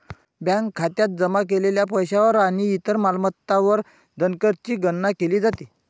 bank खात्यात जमा केलेल्या पैशावर आणि इतर मालमत्तांवर धनकरची गणना केली जाते